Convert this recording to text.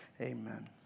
Amen